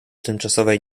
tymczasowej